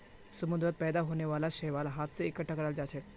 समुंदरत पैदा होने वाला शैवाल हाथ स इकट्ठा कराल जाछेक